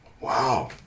Wow